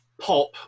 pop